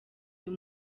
uyu